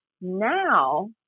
now